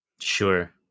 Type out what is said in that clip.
Sure